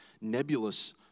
nebulous